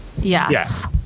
Yes